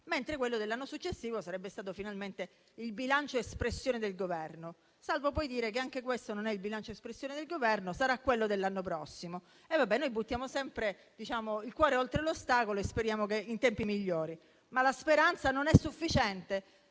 mentre quello dell'anno successivo sarebbe stato finalmente il bilancio espressione del Governo, salvo poi dire che anche questo non è il bilancio espressione del Governo e sarà quello dell'anno prossimo. Ve bene, noi buttiamo sempre il cuore oltre l'ostacolo e speriamo in tempi migliori, ma la speranza non è sufficiente